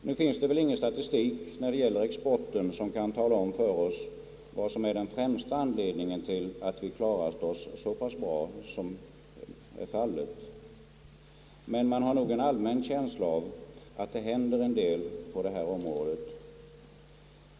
Nu finns det väl ingen statistik när det gäller exporten, som kan tala om för oss vad som är den främsta anledningen till att vi klarat oss så pass bra som vi gjort. Men man har nog en allmän känsla av att det händer en hel del på detta område.